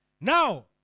Now